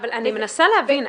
אני מנסה להבין.